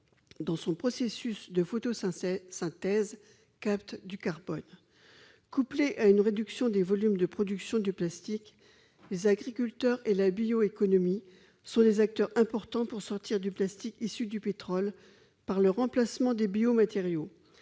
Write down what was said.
dans son processus de photos ça c'est synthèse captent du carbone, couplée à une réduction des volumes de production du plastique, les agriculteurs et la bioéconomie sont des acteurs importants pour sortir du plastique issu du pétrole par le remplacement des biomatériaux,